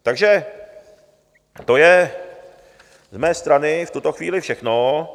Takže to je z mé strany v tuto chvíli všechno.